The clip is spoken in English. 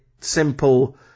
simple